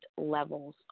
levels